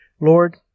Lord